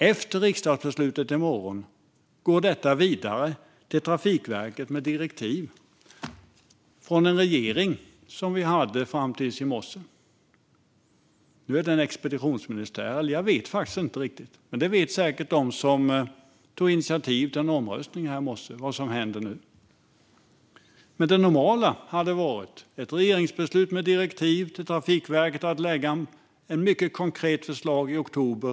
Efter riksdagsbeslutet i morgon går detta vidare till Trafikverket med direktiv från den regering som vi hade fram till i morse; nu är det en expeditionsministär. Jag vet faktiskt inte riktigt, men de som tog initiativ till omröstningen i morse vet säkert vad som händer nu. Det normala hade varit ett regeringsbeslut med direktiv till Trafikverket om att lägga fram ett mycket konkret förslag i oktober.